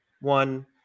one